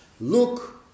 Look